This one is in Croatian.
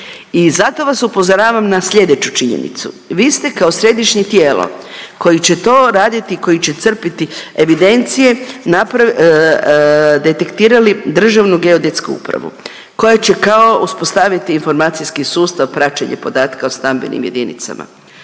zato vas upozoravam na slijedeću činjenicu. Vi ste kao središnje tijelo koji će to raditi i koji će crpiti evidencije napra… detektirali Državnu geodetsku upravu koja će kao uspostaviti informacijski sustav praćenje podatka o stambenim jedinicama.